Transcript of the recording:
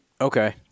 Okay